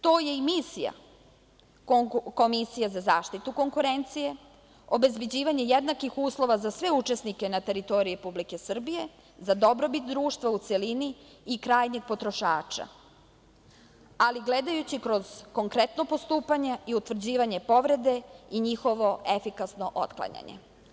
To je i misija Komisije za zaštitu konkurencije, obezbeđivanje jednakih uslova za sve učesnike na teritoriji Republike Srbije, za dobrobit društva u celini i krajnjih potrošača, ali gledajući kroz konkretno postupanje i utvrđivanje povrede, i njihovo efikasno otklanjanje.